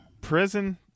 Prison